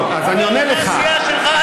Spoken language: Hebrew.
לסיעה שלך,